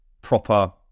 proper